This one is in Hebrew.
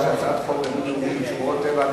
שמורות טבע,